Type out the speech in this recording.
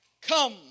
Come